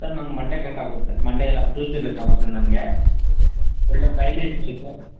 sir ನಂಗೆ Monday ಬೇಕಾಗುತ್ತೆ Monday ಇಲ್ಲ ಟ್ಯೂಸ್ಡೇ ಬೇಕಾಗುತ್ತೆ ನನಗೆ ಒಳ್ಳೆಯ ಮೈಲೇಜ್ ಬೇಕು